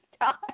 time